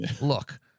Look